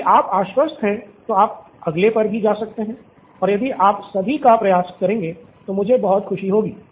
यदि आप आश्वस्त हैं तो आप अगले पर भी जा सकते है और यदि आप सभी का प्रयास करेंगे तो मुझे बहुत खुशी होगी